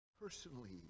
personally